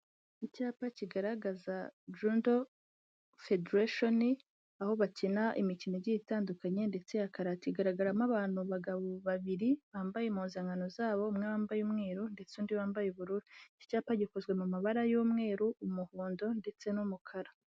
Icyapa kigaragaza jendo federation aho bakina imikino igiye itandukanye ndetse ya karate igaragaramo abantu bagabo babiri bambaye impuzankano zabo umwe wambaye umweru ndetse undi wambaye ubururu icyicyapa gikozwe mu mabara y'umweru, umuhondo ndetse n'umukara.